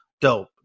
dope